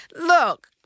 Look